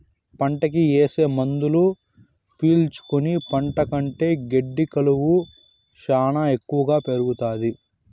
పంటకి ఏసే మందులు పీల్చుకుని పంట కంటే గెడ్డి కలుపు శ్యానా ఎక్కువగా పెరుగుతాది